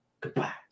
Goodbye